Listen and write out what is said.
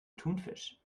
thunfisch